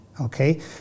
okay